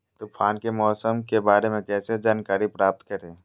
तूफान के मौसम के बारे में कैसे जानकारी प्राप्त करें?